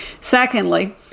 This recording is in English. Secondly